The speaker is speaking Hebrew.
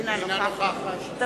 אינה נוכחת אינה נוכחת.